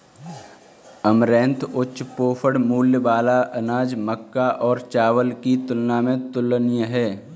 amaranth उच्च पोषण मूल्य वाला अनाज मक्का और चावल की तुलना में तुलनीय है